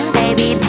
baby